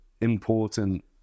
important